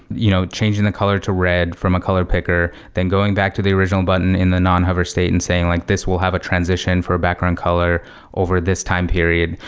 you know changing the color to red from a color picker, then going back to the original button in the non-hover state and saying like, this will have a transition for a background color over this time period.